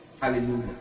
Hallelujah